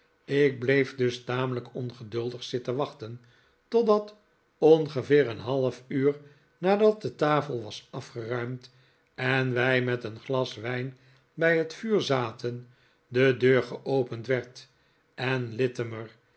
ik bleef dus tamelijk ongeduldig zitten wachten totdat ongeveer een half uur nadat de tafel was afgeruimd en wij met een glas wijn bij het vuur zaten de deur geopend werd en littimer